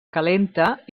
calenta